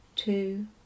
two